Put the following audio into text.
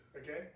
okay